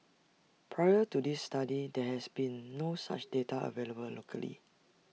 prior to this study there has been no such data available locally